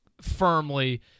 firmly